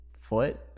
foot